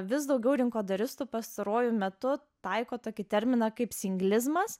vis daugiau rinkodaristų pastaruoju metu taiko tokį terminą kaip singlizmas